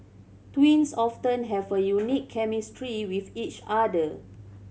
twins often have a unique chemistry with each other